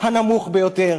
הנמוך ביותר